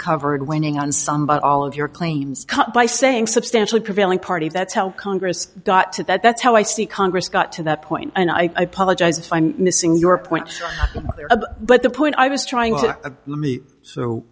covered winning on some but all of your claims by saying substantially prevailing party that's how congress got to that's how i see congress got to that point and i apologize if i'm missing your point but